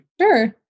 Sure